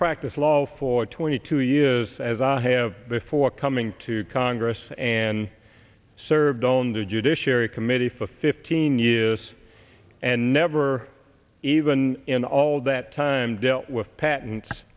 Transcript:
practice law for twenty two years as i have before coming to congress and served on the judiciary committee for fifteen years and never even in all that time dealt with patent